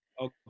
Okay